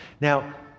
Now